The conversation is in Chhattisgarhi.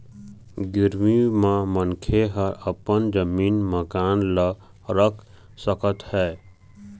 गिरवी म मनखे ह अपन जमीन, मकान ल रख सकत हे